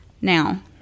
Now